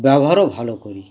ব্যবহারও ভালো করি